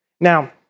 Now